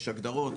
יש הגדרות,